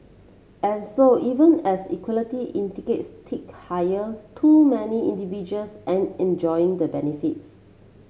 and so even as equity indices tick higher too many individuals and enjoying the benefits